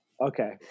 Okay